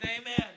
Amen